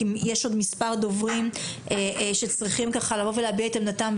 כי יש עוד מספר דוברים שרוצים להביע את עמדתם,